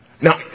Now